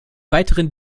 weiteren